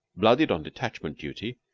blooded on detachment duty,